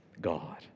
God